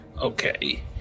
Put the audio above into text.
Okay